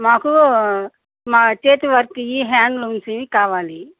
మాకూ మా చేతి వర్క్వి హ్యాండ్లూమ్స్వి కావాలి